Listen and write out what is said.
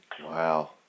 Wow